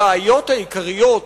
הבעיות העיקריות